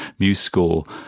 MuseScore